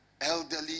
elderly